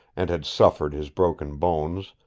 and had suffered his broken bones,